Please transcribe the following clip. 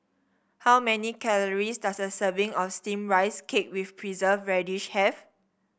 how many calories does a serving of steamed Rice Cake with Preserved Radish have